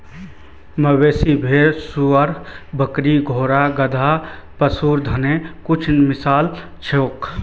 मवेशी, भेड़, सूअर, बकरी, घोड़ा, गधा, पशुधनेर कुछु मिसाल छीको